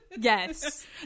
Yes